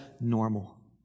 normal